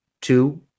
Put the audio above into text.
two